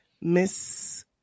Miss